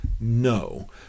No